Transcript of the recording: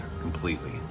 completely